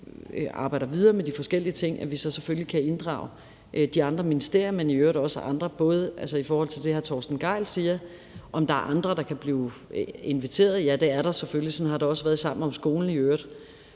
arbejder videre med de forskellige ting, så selvfølgelig kan inddrage de andre ministerier, men i øvrigt også andre, også i forhold til det, hr. Torsten Gejl siger, altså om der er andre, der kan blive inviteret, og ja, det er der selvfølgelig. Sådan har det i øvrigt også været i Sammen om skolen, hvor